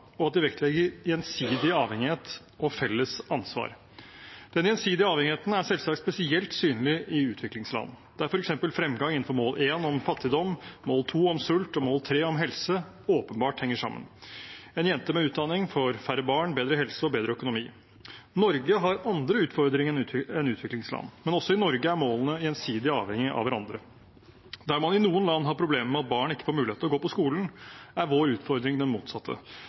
og at de vektlegger gjensidig avhengighet og felles ansvar. Den gjensidige avhengigheten er selvsagt spesielt synlig i utviklingsland, der f.eks. fremgang innenfor mål nr. 1, om fattigdom, mål nr. 2, om sult, og mål nr. 3, om helse, åpenbart henger sammen. En jente med utdanning får færre barn, bedre helse og bedre økonomi. Norge har andre utfordringer enn utviklingsland, men også i Norge er målene gjensidig avhengige av hverandre. Der man i noen land har problem med at barn ikke får mulighet til å gå på skole, er vår utfordring den motsatte